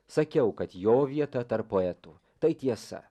sakiau kad jo vieta tarp poetų tai tiesa